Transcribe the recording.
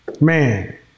man